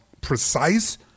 precise